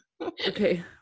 okay